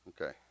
Okay